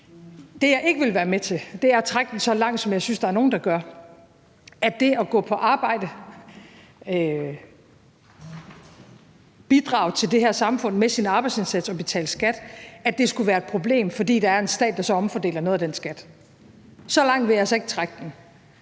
Det, jeg ikke vil være med til, er at trække den så langt, som jeg synes nogle gør, i forhold til at det at gå på arbejde og bidrage til det her samfund med sin arbejdsindsats og betale skat skulle være et problem, fordi der er en stat, som omfordeler noget af den skat. Så langt vil jeg altså ikke trække den.